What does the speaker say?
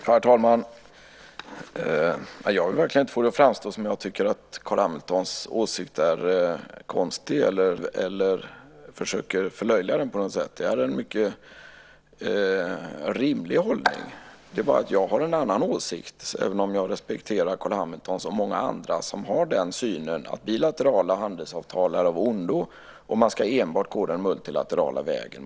Herr talman! Jag vill verkligen inte få det att framstå som om jag tycker att Carl Hamiltons åsikt är konstig eller naiv eller att jag försöker förlöjliga den på något sätt. Det är en mycket rimligt hållning, men jag har en annan åsikt. Jag respekterar Carl Hamilton och många andra som har den synen att bilaterala handelsavtal är av ondo och man enbart ska gå den multilaterala vägen.